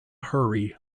hurry